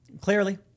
clearly